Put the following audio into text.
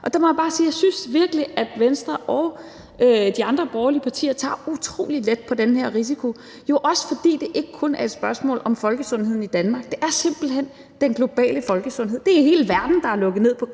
Og der må jeg bare sige, at jeg virkelig synes, Venstre og de andre borgerlige partier tager utrolig let på den her risiko. Det er jo også, fordi det ikke kun er et spørgsmål om folkesundheden i Danmark; det er simpelt hen den globale folkesundhed. Det er hele verden, der er lukket ned på grund